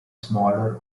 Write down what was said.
smaller